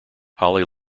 holly